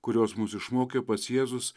kurios mus išmokė pats jėzus